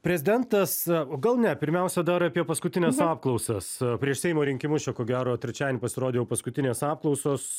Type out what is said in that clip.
prezidentas o gal ne pirmiausia dar apie paskutines apklausas prieš seimo rinkimus čia ko gero trečiadienį pasirodė jau paskutinės apklausos